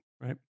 right